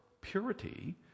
Purity